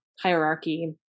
hierarchy